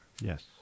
Yes